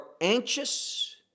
anxious